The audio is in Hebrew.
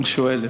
השואלת.